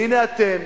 והנה אתם,